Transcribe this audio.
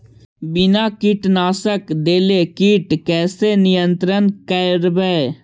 बिना कीटनाशक देले किट कैसे नियंत्रन करबै?